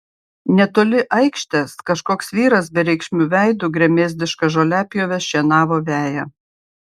netoli aikštės kažkoks vyras bereikšmiu veidu gremėzdiška žoliapjove šienavo veją